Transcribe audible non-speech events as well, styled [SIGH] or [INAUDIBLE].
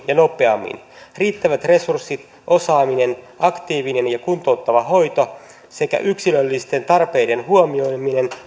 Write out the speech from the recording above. [UNINTELLIGIBLE] ja nopeammin riittävät resurssit osaaminen aktiivinen ja kuntouttava hoito sekä yksilöllisten tarpeiden huomioiminen